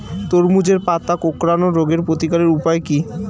তরমুজের পাতা কোঁকড়ানো রোগের প্রতিকারের উপায় কী?